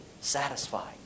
satisfied